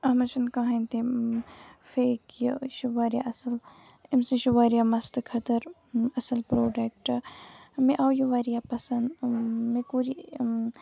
اَتھ منٛز چھُنہٕ کنٛہَے تہِ فیک یہِ یہِ چھِ واریاہ اَصٕل امہِ سۭتۍ چھُ واریاہ مستہٕ خٲطرٕ اَصٕل پرٛوڈَکٹ مےٚ آو یہِ واریاہ پَسنٛد مےٚ کوٚر یہِ